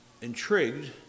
intrigued